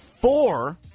four